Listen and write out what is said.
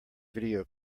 video